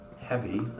heavy